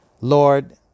Lord